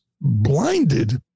blinded